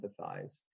empathize